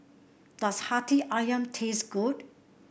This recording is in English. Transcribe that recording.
does Hati ayam taste good